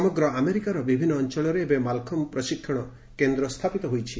ସମଗ୍ର ଆମେରିକାର ବିଭିନ୍ନ ଅଞ୍ଚଳରେ ଏବେ ମାଲଖମ୍ଭ ପ୍ରଶିକ୍ଷଣ କେନ୍ଦ୍ର ସ୍ଥାପିତ ହୋଇଛି